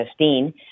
2015